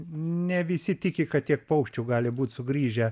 ne visi tiki kad tiek paukščių gali būt sugrįžę